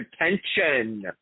attention